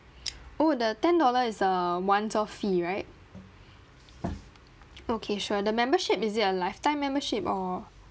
oh the ten dollar is a one off fee right okay sure the membership is it a lifetime membership or